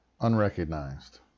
unrecognized